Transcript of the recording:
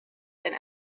and